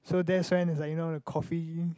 so that's when is like you know the coffee